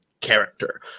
character